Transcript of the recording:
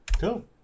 Cool